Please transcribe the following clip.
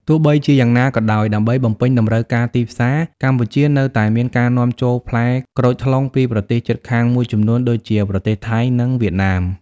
ទោះបីជាយ៉ាងណាក៏ដោយ ដើម្បីបំពេញតម្រូវការទីផ្សារ កម្ពុជានៅតែមានការនាំចូលផ្លែក្រូចថ្លុងពីប្រទេសជិតខាងមួយចំនួនដូចជា ប្រទេសថៃ និងវៀតណាម។